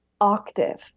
octave